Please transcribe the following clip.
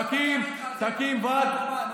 אף אחד לא התווכח איתך על זה, תקים ועד.